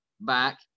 back